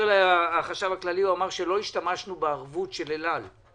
אלי החשב הכללי ואמר שלא השתמשנו בערבות של אל-על.